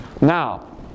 Now